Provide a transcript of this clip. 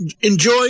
enjoy